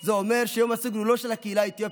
זה אומר שיום הסגד הוא לא של הקהילה האתיופית,